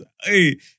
Hey